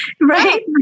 right